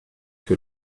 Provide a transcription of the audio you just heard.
que